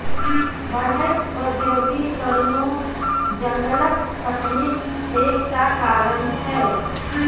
बढ़ैत औद्योगीकरणो जंगलक कटनीक एक टा कारण छै